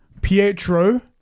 Pietro